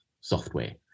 software